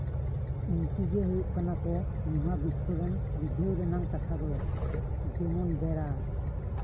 ᱩᱱᱠᱩ ᱜᱮ ᱦᱩᱭᱩᱜ ᱠᱟᱱᱟ ᱢᱚᱦᱟᱵᱤᱥᱥᱚ ᱨᱮᱱ ᱨᱤᱡᱷᱟᱹᱣ ᱨᱮᱱᱟᱜ ᱠᱟᱛᱷᱟ ᱫᱚ ᱡᱮᱢᱚᱱ ᱵᱮᱲᱟ